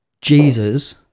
Jesus